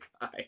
guy